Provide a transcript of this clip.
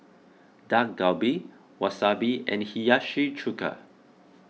Dak Galbi Wasabi and Hiyashi Chuka